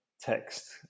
text